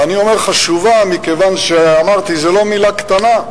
ואני אומר חשובה, מכיוון שאמרתי, זה לא מלה קטנה.